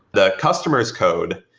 the customer's code,